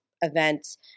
events